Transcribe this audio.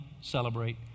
celebrate